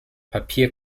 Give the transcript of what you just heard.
papier